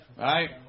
right